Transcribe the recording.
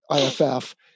IFF